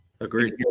Agreed